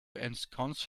ensconce